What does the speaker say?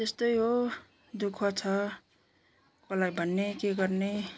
त्यस्तै हो दुःख छ कसलाई भन्ने के गर्ने